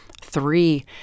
three